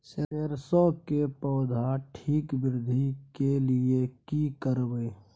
सरसो के पौधा के ठीक वृद्धि के लिये की करबै?